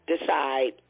decide